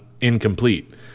incomplete